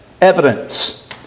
evidence